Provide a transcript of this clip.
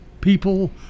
people